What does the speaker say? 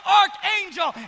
archangel